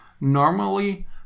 Normally